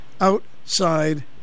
outside